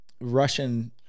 Russian